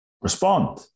respond